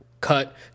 cut